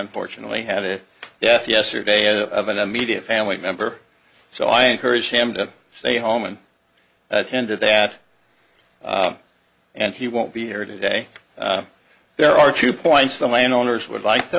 unfortunately had it yes yesterday of an immediate family member so i encourage him to stay home and attend to that and he won't be here today there are two points the landowners would like to